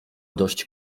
dość